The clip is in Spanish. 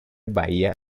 bahía